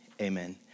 Amen